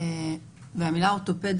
והמילה אורתופד,